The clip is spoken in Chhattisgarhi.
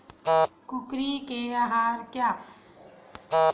कुकरी के आहार काय?